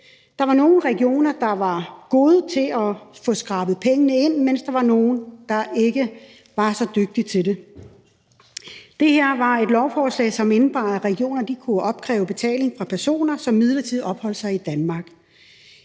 Der var nogle regioner, der var gode til at få skrabet pengene ind, mens der var andre, der ikke var så dygtige til det. Det her var et lovforslag, som indebar, at regionerne kunne opkræve betaling fra personer, som midlertidigt opholdt sig i Danmark.